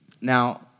Now